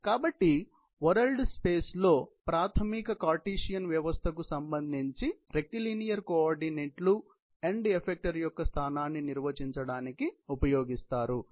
కాబట్టి world space లో ప్రాధమిక కార్టిసియన్ వ్యవస్థకు సంబంధించి రెక్టిలీనియర్ కోఆర్డినేట్లుఎండ్ ఎఫెక్టార్ యొక్క స్థానాన్ని నిర్వచించడానికి ఉపయోగిస్తారు